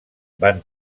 van